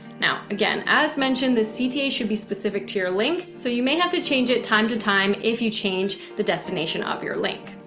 now, again, as mentioned, the cta should be specific to your link. so you may have to change it time to time. if you change the destination of your link,